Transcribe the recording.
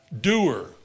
doer